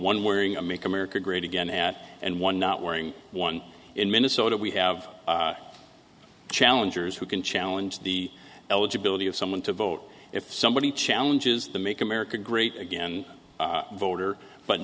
one wearing a make america great again at and one not wearing one in minnesota we have challengers who can challenge the eligibility of someone to vote if somebody challenges the make america great again voter but